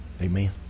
Amen